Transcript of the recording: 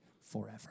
forever